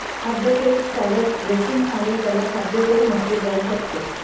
खाद्यतेल salad dressing आणि त्याला खाद्यतेल म्हटले जाऊ शकते